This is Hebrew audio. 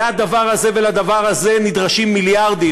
לדבר הזה ולדבר הזה נדרשים מיליארדים.